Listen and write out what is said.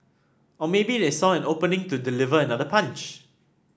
or maybe they saw an opening to deliver another punch